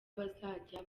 bazajya